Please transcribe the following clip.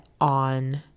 on